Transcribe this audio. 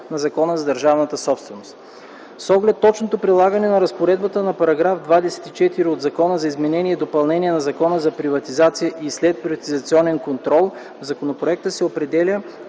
на Закона за държавната собственост. С оглед точното прилагане на разпоредбата на § 24 от Закона за изменение и допълнение на Закона за приватизация и следприватизационен контрол в законопроекта се определя